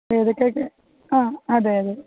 എതക്കെക്കെ ആ അതെയതെ